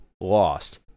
lost